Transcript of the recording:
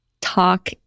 Talk